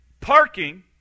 parking